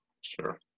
Sure